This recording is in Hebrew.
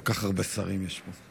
כל כך הרבה שרים יש פה.